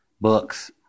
books